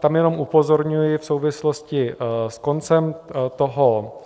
Tam jenom upozorňuji v souvislosti s koncem toho